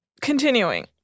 continuing